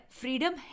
freedom